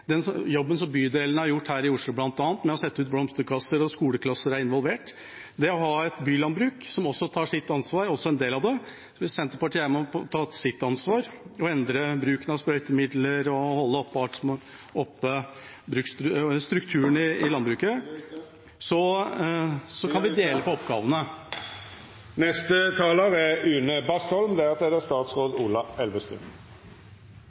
jobben som bydelene har gjort her i Oslo bl.a. med å sette ut blomsterkasser – skoleklasser er involvert. Det å ha et bylandbruk, som tar sitt ansvar, er en del av det. Senterpartiet er med på å ta sitt ansvar og endre bruken av sprøytemidler og holde oppe strukturene i landbruket … Tida er ute. Så vi får dele på oppgavene. Kloden vår er